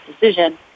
decision